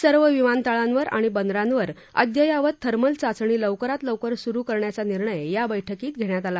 सर्व विमानतळांवर आणि बंदरांवर अद्ययावत थर्मल चाचणी लवकरात लवकर सुरु करण्याचा निर्णय या बैठकीत घेण्यात आला